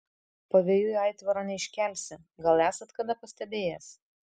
pavėjui aitvaro neiškelsi gal esat kada pastebėjęs